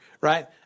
Right